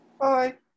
Bye